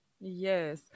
Yes